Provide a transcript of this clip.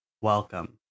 welcome